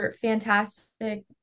fantastic